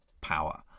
power